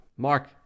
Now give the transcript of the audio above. Mark